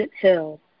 hill